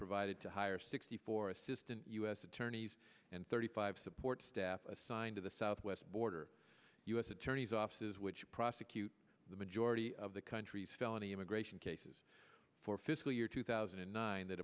provided to hire sixty four assistant u s attorneys and thirty five support staff assigned to the southwest border u s attorney's offices which prosecute the majority of the country's felony immigration cases for fiscal year two thousand and nine that